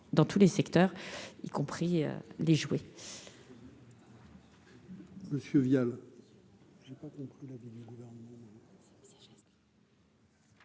dans tous les secteurs, y compris les jouets.